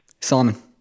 Simon